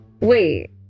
Wait